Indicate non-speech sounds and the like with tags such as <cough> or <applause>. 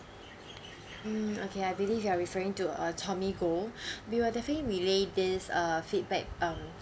mm okay I believe you are referring to uh tommy goh <breath> we will definitely relay this uh feedback um